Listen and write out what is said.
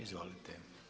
Izvolite.